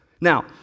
Now